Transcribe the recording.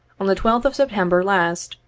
on the twelfth of september last,